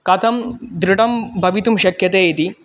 कथं दृढं भवितुं शक्यते इति